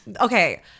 okay